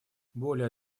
более